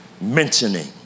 mentioning